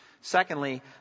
Secondly